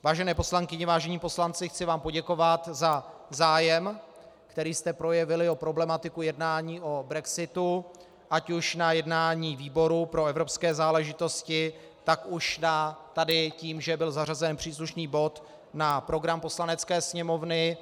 Vážené poslankyně, vážení poslanci, chci vám poděkovat za zájem, který jste projevili o problematiku jednání o brexitu ať už na jednání výboru pro evropské záležitosti, tak už tady tím, že byl zařazen příslušný bod na program Poslanecké sněmovny.